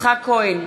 יצחק כהן,